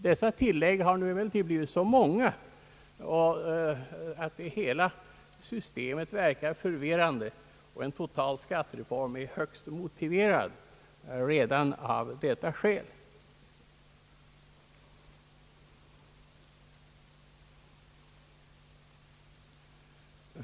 Dessa tillägg har emellertid blivit så många att hela systemet verkar förvirrande. Redan av detta skäl är därför en total skattereform högst motiverad.